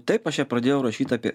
taip aš ją pradėjau rašyt apie